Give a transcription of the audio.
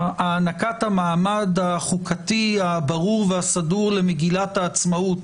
הענקת המעמד החוקתי הברור והסדור למגילת העצמאות